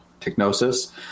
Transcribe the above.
Technosis